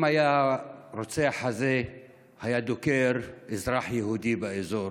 אם הרוצח הזה היה דוקר אזרח יהודי באזור,